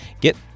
get